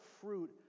fruit